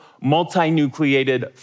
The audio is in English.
multi-nucleated